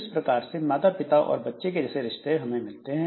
इस प्रकार से माता पिता और बच्चे के जैसे रिश्ते हमें मिलते हैं